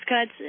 cuts